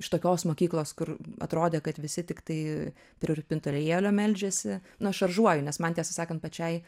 iš tokios mokyklos kur atrodė kad visi tiktai prie rūpintojėlio meldžiasi nu aš šaržuoju nes man tiesą sakant pačiai